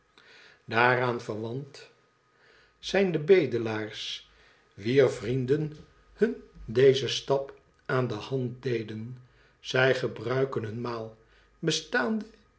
daaraan verwant zijn de bedelaars wier vrienden hun dezen stap aan de hand deden zij gebruikten hun maal bestaande